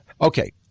Okay